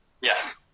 Yes